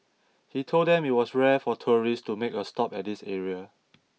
he told them it was rare for tourists to make a stop at this area